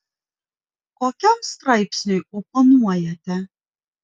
kokiam straipsniui oponuojate